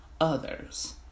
others